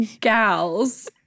gals